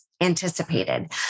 anticipated